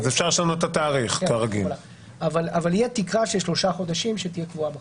אבל תהיה תקרה של שלושה חודשים שתהיה קבועה בחוק.